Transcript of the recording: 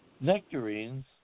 nectarines